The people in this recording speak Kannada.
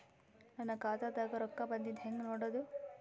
ನನ್ನ ಖಾತಾದಾಗ ರೊಕ್ಕ ಬಂದಿದ್ದ ಹೆಂಗ್ ನೋಡದು?